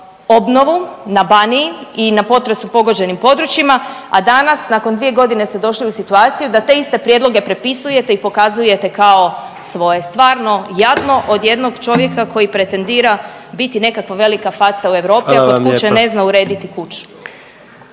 obnovu na Baniji i na potresom pogođenim područjima, a danas nakon 2 godine ste došli u situaciju da te iste prijedloge prepisujete i pokazujete kao svoje. Stvarno jadno od jednog čovjeka koji pretendira biti nekakva velika faca u Europi …/Upadica: Hvala vam